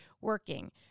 working